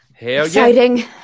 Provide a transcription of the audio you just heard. exciting